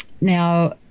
Now